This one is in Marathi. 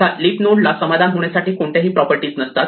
आता लिफ नोड ला समाधान होण्यासाठी कोणत्याही प्रॉपर्टी नसतात